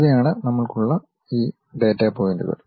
ഇവയാണ് നമ്മൾക്ക് ഉള്ള ഡാറ്റ പോയിന്റുകൾ